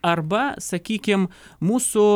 arba sakykim mūsų